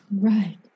Right